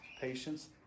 patience